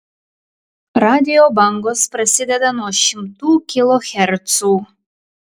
radijo bangos prasideda nuo šimtų kilohercų